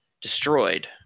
destroyed